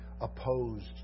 opposed